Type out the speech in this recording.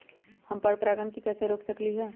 हम पर परागण के कैसे रोक सकली ह?